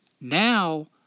Now